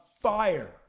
fire